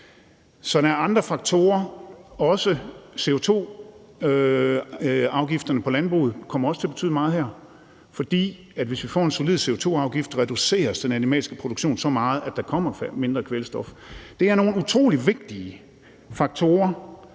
Så andre faktorer, også CO2-afgiften på landbruget, kommer også til at betyde meget her, for hvis vi får en solid CO2-afgift, reduceres den animalske produktion så meget, at der kommer mindre kvælstof. Det er nogle utrolig vigtige faktorer,